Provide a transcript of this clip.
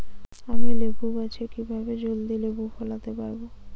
আমি লেবু গাছে কিভাবে জলদি লেবু ফলাতে পরাবো?